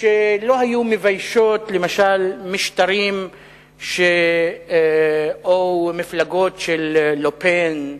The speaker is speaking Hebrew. שלא היו מביישות למשל משטרים או מפלגות של לה פן,